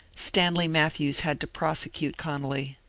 stanley matthews had to prosecute conolly.